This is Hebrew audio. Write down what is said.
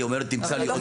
היא אומרת, תמצא לי עוד